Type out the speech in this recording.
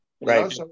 right